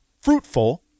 fruitful